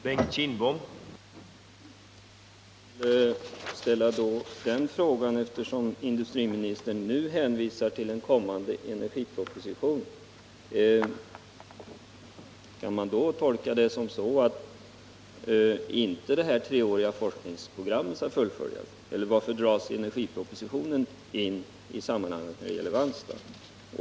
Herr talman! Eftersom industriministern nu hänvisar till en kommande energiproposition vill jag fråga: Kan man tolka det så, att det treåriga forskningsprogrammet inte skall fullföljas? Varför dras energipropositionen in i sammanhanget när det gäller Ranstad?